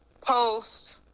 post